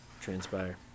transpire